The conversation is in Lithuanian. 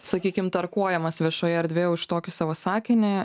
sakykim tarkuojamas viešoje erdvėje už tokį savo sakinį